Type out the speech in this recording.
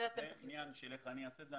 זה עניין של איך אני אעשה את זה.